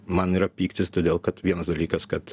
man yra pyktis todėl kad vienas dalykas kad